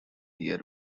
here